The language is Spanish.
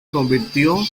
convirtió